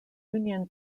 union